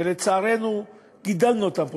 שלצערנו גידלנו אותם פה,